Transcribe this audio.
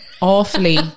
awfully